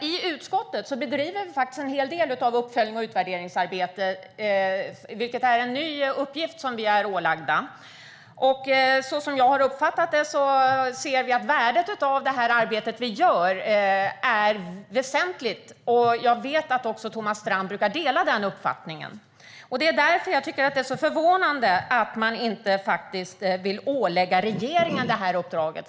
I utskottet bedrivs det en hel del uppföljnings och utvärderingsarbete, vilket är en ny uppgift som vi är ålagda. Som jag har uppfattat det ser vi att värdet av det arbetet är väsentligt. Jag vet att också Thomas Strand brukar dela den uppfattningen. Det är därför som det är så förvånande att man inte vill ålägga regeringen det här uppdraget.